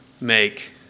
make